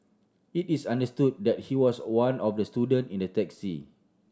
it is understood that he was one of the student in the taxi